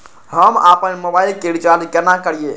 हम आपन मोबाइल के रिचार्ज केना करिए?